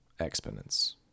Exponents